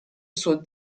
suo